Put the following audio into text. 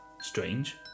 Strange